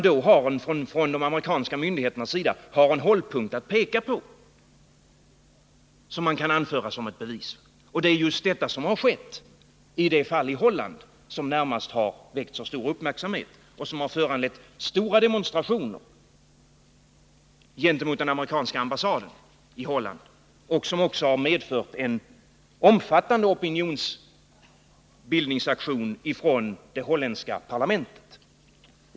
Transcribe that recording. De amerikanska myndigheterna får i det nämnda förhållandet en hållpunkt, som de kan anföra som bevis. Det är just detta som skett i det fall i Holland som närmast väckt så stor uppmärksamhet och som har föranlett stora demonstrationer utanför den amerikanska ambassaden i Holland. Det har också medfört en omfattande opinionsbildningsaktion från det holländska parlamentet.